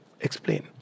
explain